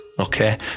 Okay